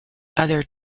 other